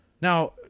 Now